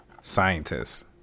scientists